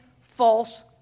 false